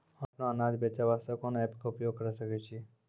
Online अपनो अनाज बेचे वास्ते कोंन एप्प के उपयोग करें सकय छियै?